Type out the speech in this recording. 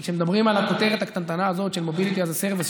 כי כשמדברים על הכותרת הקטנטנה הזאת של mobility as a service,